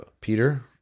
Peter